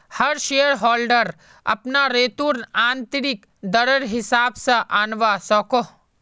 हर shareholder अपना return आंतरिक दरर हिसाब से आंनवा सकोह